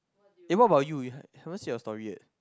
eh what about you you have haven't say your story